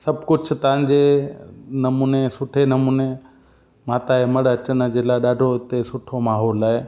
सभु कुझु तव्हांजे नमूने सुठे नमूने माता जे मढ़ अचन जे लाइ ॾाढो हिते सुठो माहोल आहे